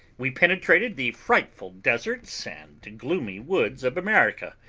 we penetrated the frightful deserts and gloomy woods of america,